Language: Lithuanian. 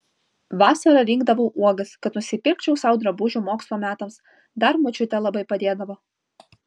vasara rinkdavau uogas kad nusipirkčiau sau drabužių mokslo metams dar močiutė labai padėdavo